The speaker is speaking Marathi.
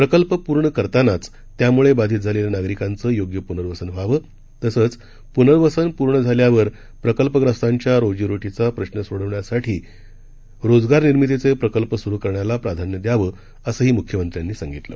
प्रकल्प पूर्ण करतानाच त्यामुळे बाधित झालेल्या नागरिकांचं योग्य पुनर्वसन व्हावं तसंच पुनर्वसन पूर्ण झाल्यावर प्रकल्पग्रस्तांच्या रोजीरो चिंचा प्रश्न सोडवण्यासाठी रोजगार निर्मितीचे प्रकल्प सुरू करण्याला प्राधान्य द्यावं असंही मुख्यमंत्र्यांनी सांगितलं